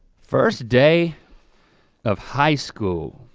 first day of high school.